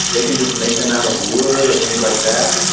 they can just make them out of wood or things like that.